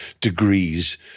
degrees